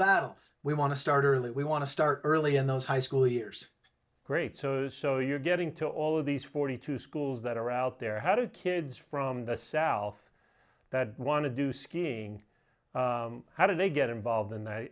battle we want to start early we want to start early in those high school years great so so you're getting to all of these forty two schools that are out there how do kids from the south that want to do skiing how do they get involved in a